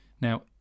Now